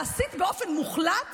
להסיט באופן מוחלט